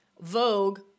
Vogue